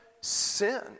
sin